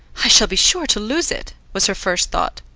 i shall be sure to lose it, was her first thought.